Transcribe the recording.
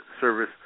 Service